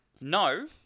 No